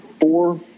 Four